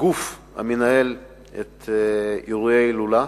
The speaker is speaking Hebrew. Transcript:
גוף המנהל את אירועי ההילולה,